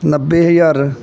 ਨੱਬੇ ਹਜ਼ਾਰ